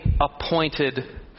appointed